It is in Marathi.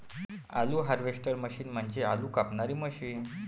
आलू हार्वेस्टर मशीन म्हणजे आलू कापणारी मशीन